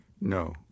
No